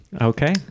Okay